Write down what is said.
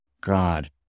God